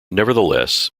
nevertheless